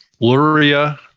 Luria